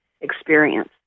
experience